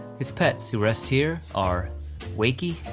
his pets who rest here are wakie,